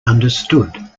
understood